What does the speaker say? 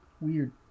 Weird